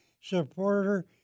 supporter